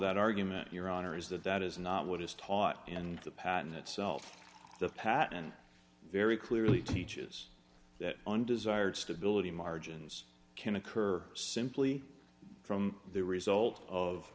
that argument your honor is that that is not what is taught in the patent itself the pattern and very clearly teaches that undesired stability margins can occur simply from the result of